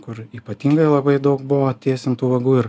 kur ypatingai labai daug buvo tiesintų vagų ir